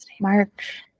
March